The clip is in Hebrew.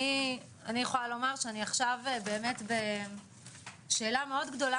אני יכולה לומר שאני עכשיו באמת בשאלה מאוד גדולה